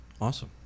Awesome